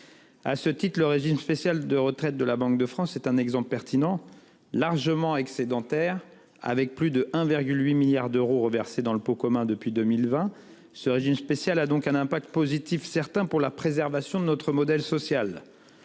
À ce titre, le régime spécial de retraite de la Banque de France est un exemple pertinent, puisqu'il est largement excédentaire, avec plus de 1,8 milliard d'euros reversés dans le pot commun depuis 2020. Ce régime spécial a donc une incidence positive certaine pour la préservation de notre modèle social.